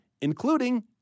including